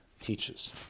teaches